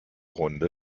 runde